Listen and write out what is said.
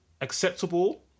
acceptable